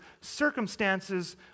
circumstances